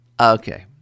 Okay